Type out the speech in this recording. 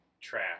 trash